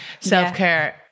self-care